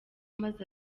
maze